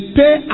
pay